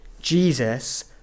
Jesus